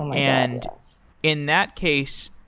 um and in that case,